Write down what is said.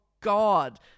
God